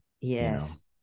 Yes